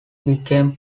became